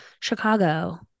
Chicago